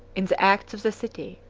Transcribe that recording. in the acts of the city.